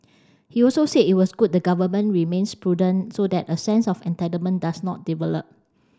he also said it was good the Government remains prudent so that a sense of entitlement does not develop